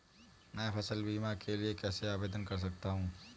मैं फसल बीमा के लिए कैसे आवेदन कर सकता हूँ?